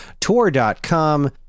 tour.com